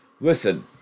Listen